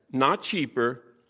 not cheaper,